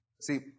See